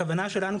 הכוונה שלנו,